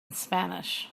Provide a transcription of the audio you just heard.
spanish